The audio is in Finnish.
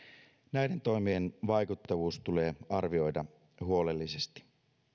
näiden toimien vaikuttavuus tulee arvioida huolellisesti